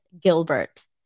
Gilbert